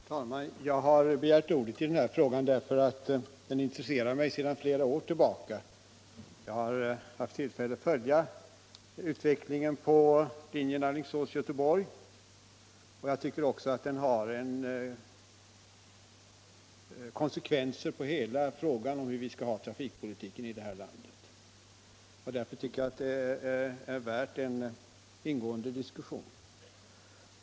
Herr talman! Jag har begärt ordet i den här frågan därför att den intresserar mig sedan flera år tillbaka. Jag har haft tillfälle att följa utvecklingen på linjen Alingsås-Göteborg och tycker att den har konsekvenser för hela frågan om hur vi skall ha det med trafikpolitiken i detta land. Därför anser jag frågan värd en ingående diskussion.